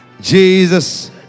Jesus